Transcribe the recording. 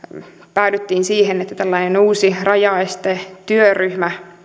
päädyttiin siihen että perustetaan tällainen uusi rajaestetyöryhmä